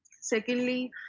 Secondly